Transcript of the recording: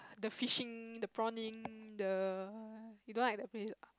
the fishing the prawning the you don't like that place ah